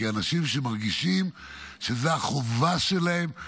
כאנשים שמרגישים שזו החובה שלהם,